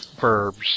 verbs